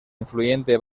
influyente